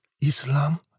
Islam